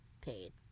paid